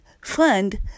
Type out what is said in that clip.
friend